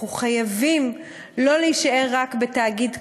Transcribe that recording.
אנחנו חייבים לא להישאר רק בתאגיד "כאן"